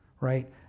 right